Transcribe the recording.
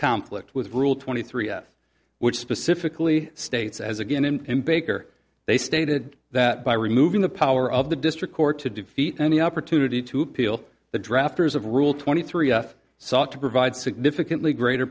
conflict with rule twenty three which specifically states as again and baker they stated that by removing the power of the district court to defeat any opportunity to appeal the drafters of rule twenty three sought to provide significantly greater